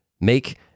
make